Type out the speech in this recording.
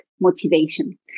motivation